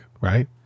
right